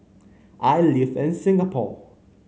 i live in Singapore